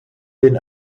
den